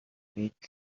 гээд